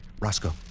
Roscoe